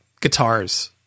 guitars